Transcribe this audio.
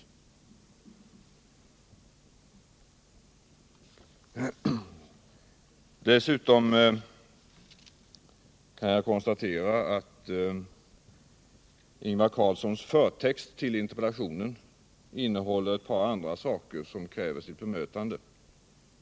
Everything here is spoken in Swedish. Dessutom innehåller Ingvar Carlssons förtext till interpellationen ett par saker som kräver sitt bemötande.